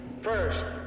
first